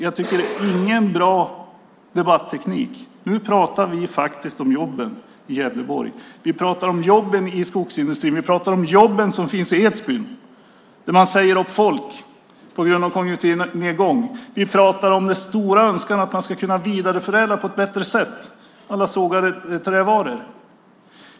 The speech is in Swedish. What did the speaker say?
Det är ingen bra debatteknik. Nu pratar vi faktiskt om jobben i Gävleborg. Vi pratar om jobben i skogsindustrin. Vi pratar om jobben som finns i Edsbyn där man säger upp folk på grund av konjunkturnedgång. Vi pratar om den stora önskan att man på ett bättre sätt ska kunna vidareförädla alla sågade trävaror.